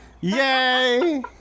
Yay